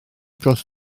dros